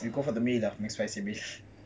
you go for the meal ah mac spicy meal